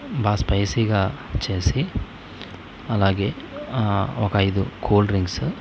బాగా స్పైసీగా చేసి అలాగే ఒక ఐదు కూల్ డ్రింక్స్